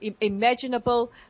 imaginable